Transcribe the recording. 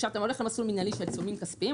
כשאתה הולך למסלול מינהלי של עיצומים כספיים,